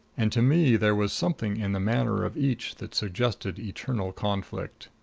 and to me there was something in the manner of each that suggested eternal conflict.